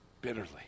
bitterly